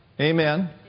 amen